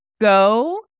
go